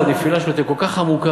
הנפילה שלו תהיה כל כך עמוקה,